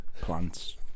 plants